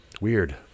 Weird